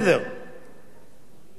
וצר לי שכך הוא.